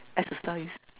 exercise